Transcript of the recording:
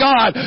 God